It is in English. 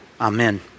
Amen